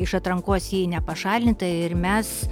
iš atrankos ji nepašalinta ir mes